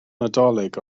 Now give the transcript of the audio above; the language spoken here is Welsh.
nadolig